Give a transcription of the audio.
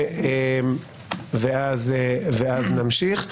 ואז נמשיך.